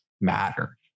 matter